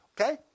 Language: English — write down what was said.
okay